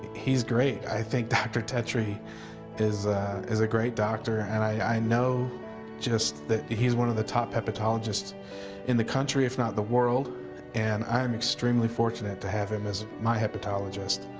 he's great i think dr. tetri is a great doctor and i know just that he's one of the top hepatologists in the country if not the world and i'm extremely fortunate to have him as my hepatologist